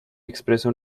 expresa